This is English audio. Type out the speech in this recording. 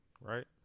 right